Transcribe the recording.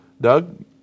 Doug